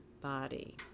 body